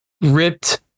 ripped